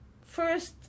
First